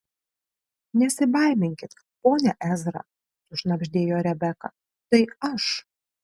nesibaiminkit pone ezra sušnabždėjo rebeka tai aš